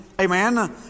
Amen